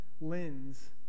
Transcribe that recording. lens